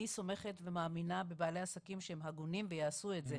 אני סומכת ומאמינה בבעלי העסקים שהם הגונים והם יעשו את זה,